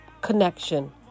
connection